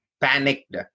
panicked